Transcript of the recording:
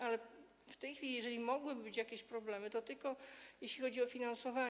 Ale w tej chwili, jeżeli mogłyby być jakieś problemy, to tylko jeśli chodzi o finansowanie.